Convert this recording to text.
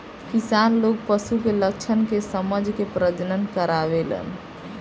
किसान लोग पशु के लक्षण के समझ के प्रजनन करावेलन